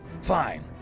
Fine